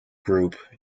group